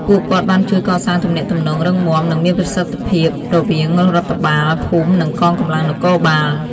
ពួកគាត់បានជួយកសាងទំនាក់ទំនងរឹងមាំ និងមានប្រសិទ្ធភាពរវាងរដ្ឋបាលភូមិ និងកងកម្លាំងនគរបាល។